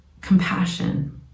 compassion